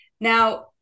Now